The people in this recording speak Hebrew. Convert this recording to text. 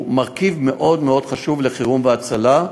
מרכיב מאוד מאוד חשוב בחירום והצלה.